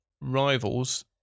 rivals